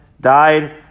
died